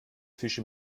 fische